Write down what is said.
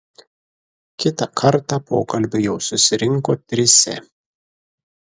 kitą kartą pokalbiui jau susirinko trise